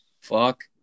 fuck